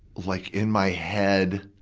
like in my head.